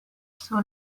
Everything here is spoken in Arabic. سوى